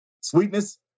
Sweetness